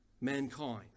mankind